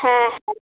হ্যাঁ